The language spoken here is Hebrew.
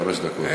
חמש דקות.